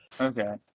okay